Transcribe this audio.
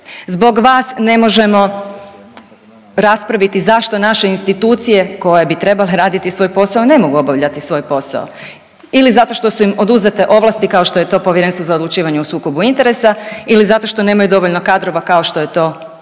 Zbog vas ne možemo raspraviti zašto naše institucije koje bi trebale raditi svoj posao, ne mogu obavljati svoj posao ili zato što su im oduzete ovlasti kao što je to Povjerenstvo za odlučivanje o sukobu interesa ili zato što nemaju dovoljno kadrova kao što je to USKOK